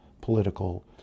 political